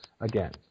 again